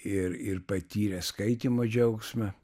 ir ir patyrę skaitymo džiaugsmą